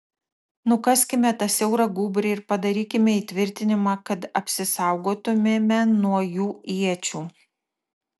nukaskime tą siaurą gūbrį ir padarykime įtvirtinimą kad apsisaugotumėme nuo jų iečių